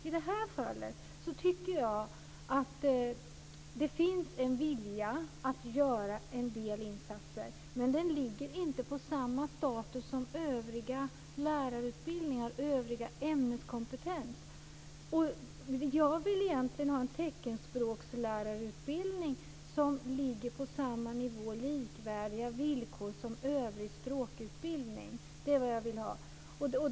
I det här fallet tycker jag att det finns en vilja att göra en del insatser, men den ligger inte på samma status som övriga lärarutbildningar och övrig ämneskompetens. Jag vill egentligen ha en teckenspråkslärarutbildning som ligger på samma nivå och har likvärdiga villkor som övrig språkutbildning. Det är vad jag vill ha.